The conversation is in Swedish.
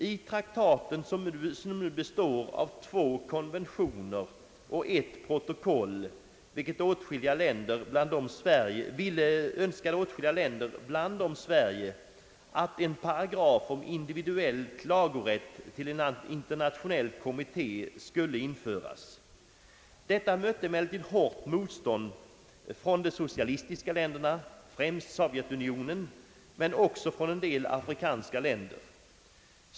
I traktaten som består av två konventioner och ett protokoll ville åtskilliga länder, bland dem Sverige, att en paragraf om individuell klagorätt till en internationell kommitté skulle införas. Detta mötte emellertid hårt motstånd från de socialistiska länderna, främst Sovjetunionen, men också från en del afrikanska länder.